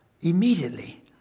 Immediately